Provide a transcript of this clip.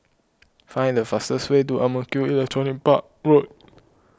find the fastest way to Ang Mo Kio Electronics Park Road